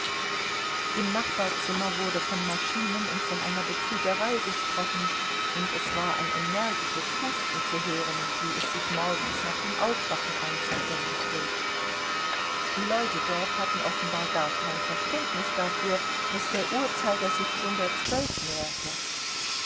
im nachbarzimmer wurde von maschinen und von einer betrügerei gesprochen und es war ein energisches husten zu hören wie es sich morgens nach dem aufwachen einzustellen pflegt die leute dort hatten offenbar gar kein verständnis dafür daß der uhrzeiger sich schon der zwölf näherte